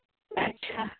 अच्छा